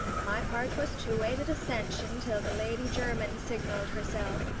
my part was to wait at ascension till the lady jermyn signalled herself,